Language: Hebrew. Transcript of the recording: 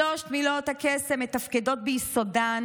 שלוש מילות הקסם מתפקדות ביסודן